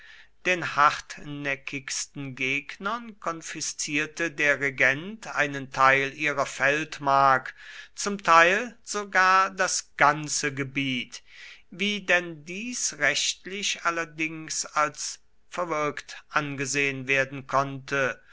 den hartnäckigsten gegnern konfiszierte der regent einen teil ihrer feldmark zum teil sogar das ganze gebiet wie denn dies rechtlich allerdings als verwirkt angesehen werden konnte